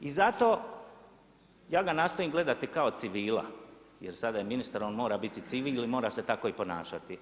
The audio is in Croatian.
I zato ja ga nastojim gledati kao civila jer sada je ministar i on mora biti civil i mora se tako i ponašati.